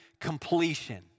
completion